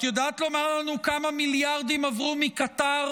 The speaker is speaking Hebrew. את יודעת לומר לנו כמה מיליארדים עברו מקטאר